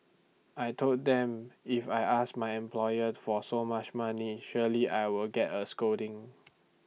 I Told them if I ask my employer for so much money surely I will get A scolding